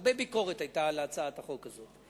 הרבה ביקורת היתה על הצעת החוק הזאת.